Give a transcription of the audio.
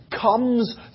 comes